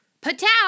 Patel